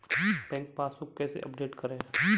Bank passbook कैसे update करें?